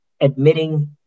admitting